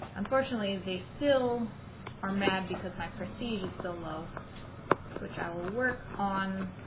unfortunately they still are mad because my prestige is so low which i will work on